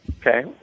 Okay